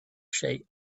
shape